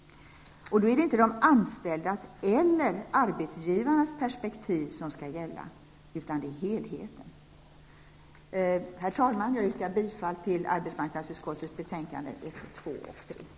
Det är inte de anställda eller arbetsgivarnas perspektiv som skall gälla utan helheten. Herr talman! Jag yrkar bifall till hemställan i arbetsmarknadsutskottets betänkanden 1, 2 och 3.